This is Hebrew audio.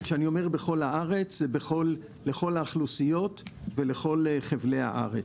וכשאני אומר "בכל הארץ" זה לכל האוכלוסיות ולכל חבלי הארץ.